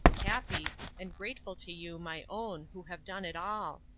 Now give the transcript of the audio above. happy, and grateful to you, my own, who have done it all.